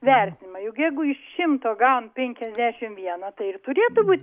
vertinimą juk jeigu iš šimto gavom penkiasdešim vieną tai ir turėtų būt